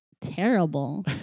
terrible